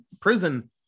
prison